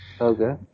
Okay